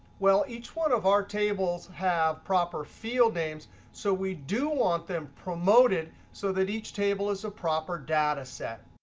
well each one of our tables have proper field names. so we do want them promoted. so that each table is a proper data set.